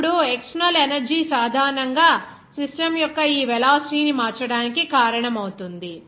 ఇప్పుడు external energy సాధారణంగా system యొక్క ఈ వెలాసిటీ ని మార్చడానికి కారణమవుతుంది